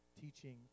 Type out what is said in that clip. teaching